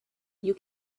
you